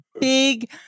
big